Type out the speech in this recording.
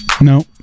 No